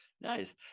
Nice